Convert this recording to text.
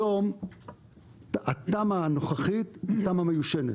היום התמ"א הנוכחית היא תמ"א מיושנת.